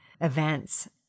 events